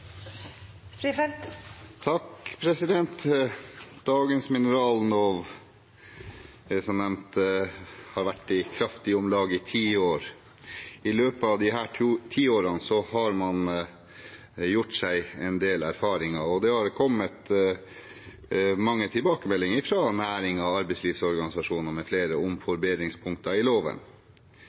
Dagens minerallov har, som nevnt, vært i kraft i om lag ti år. I løpet av disse ti årene har man gjort seg en del erfaringer, og det har kommet mange tilbakemeldinger fra næringen og arbeidslivsorganisasjoner mfl. om forbedringspunkter i loven.